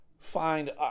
find